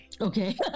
Okay